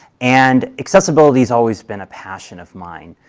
and accessibility has always been a passion of mine.